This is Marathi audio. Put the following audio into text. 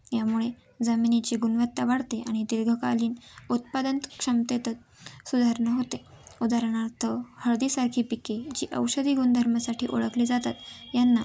यामुळे जमिनीची गुणवत्ता वाढते आणि दीर्घकालीन उत्पादन क्षमतेेत सुधारणा होते उदाहरणार्थ हळदीसारखी पिके जी औषधी गुणधर्मासाठी ओळखले जातात यांना